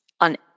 on